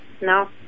No